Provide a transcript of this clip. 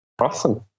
Awesome